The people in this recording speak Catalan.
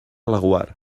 laguar